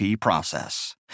process